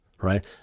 right